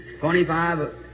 twenty-five